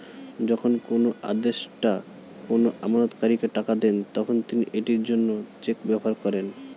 যখন কোনো আদেষ্টা কোনো আমানতকারীকে টাকা দেন, তখন তিনি এটির জন্য চেক ব্যবহার করেন